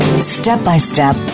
step-by-step